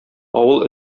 авыл